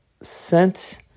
sent